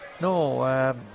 no